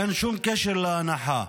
אין שום קשר להנחה.